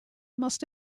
must